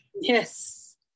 Yes